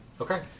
Okay